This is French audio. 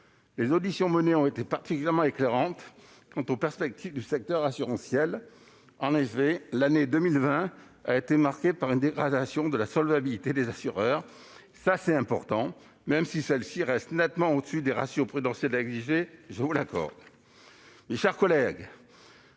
les auditions ont été particulièrement éclairantes quant aux perspectives du secteur assurantiel. En effet, l'année 2020 a été marquée par une dégradation de la solvabilité des assureurs- c'est important !-, même si celle-ci reste nettement au-dessus des ratios prudentiels exigés, je vous l'accorde. Pour l'ensemble